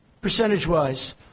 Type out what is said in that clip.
percentage-wise